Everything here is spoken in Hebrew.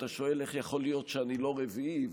אתה שואל: איך יכול להיות שאני לא רביעי,